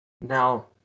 Now